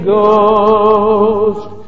Ghost